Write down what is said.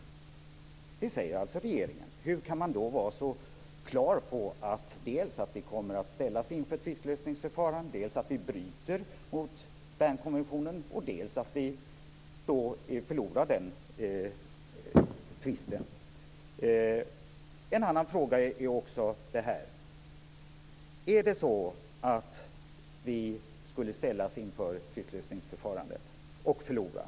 Det säger alltså regeringen. Hur kan man då vara så klar över dels att vi kommer att ställas inför ett tvistlösningsförfarande och förlora den tvisten, dels att vi bryter mot Bernkonventionen? Jag har också en annan fråga. Anta att vi skulle ställas inför tvistlösningsförfarandet och förlora.